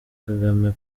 kagame